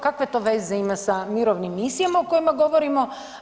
Kakve to veze ima sa mirovnim misijama o kojima govorimo?